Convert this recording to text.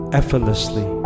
effortlessly